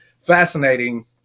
fascinating